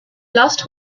last